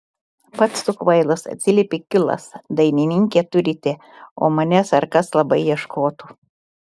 pats tu kvailas atsiliepė kilas dainininkę turite o manęs ar kas labai ieškotų